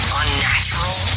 unnatural